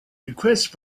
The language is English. requested